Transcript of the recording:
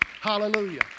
Hallelujah